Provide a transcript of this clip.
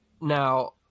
now